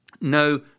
No